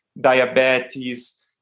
diabetes